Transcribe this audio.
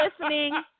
listening